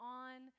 on